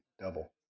double